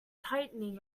tightening